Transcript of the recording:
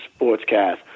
Sportscast